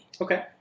Okay